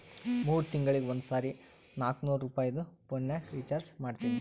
ಮೂರ್ ತಿಂಗಳಿಗ ಒಂದ್ ಸರಿ ನಾಕ್ನೂರ್ ರುಪಾಯಿದು ಪೋನಿಗ ರೀಚಾರ್ಜ್ ಮಾಡ್ತೀನಿ